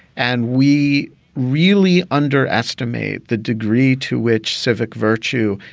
and we really underestimate the degree to which civic virtue,